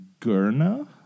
Gurna